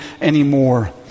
anymore